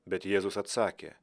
bet jėzus atsakė